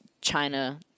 China